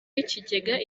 w’ikigega